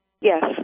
Yes